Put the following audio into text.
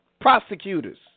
prosecutors